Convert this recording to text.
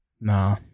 Nah